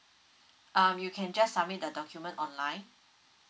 um you can just submit the document online